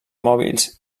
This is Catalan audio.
mòbils